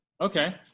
Okay